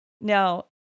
Now